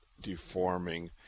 deforming